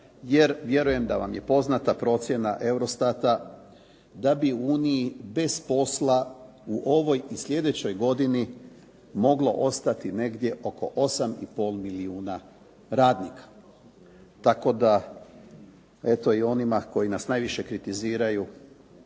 jer vjerujem da vam je poznata procjena EUROSTAT-a da bi u Uniji bez posla u ovoj i sljedećoj godini moglo ostati negdje oko 8,5 milijuna radnika. Tako da eto i onima koji nas najviše kritiziraju